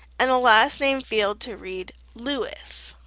and the last name field to read lewis.